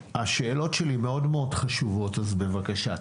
השאלות שלי מאוד מאוד חשובות, אז בבקשה.